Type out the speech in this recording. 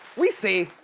we see.